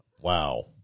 wow